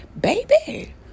baby